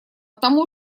тому